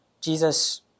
Jesus